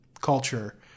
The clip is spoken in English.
culture